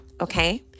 okay